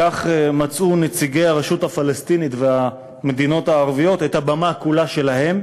כך מצאו נציגי הרשות הפלסטינית והמדינות הערביות את הבמה כולה שלהם,